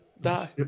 die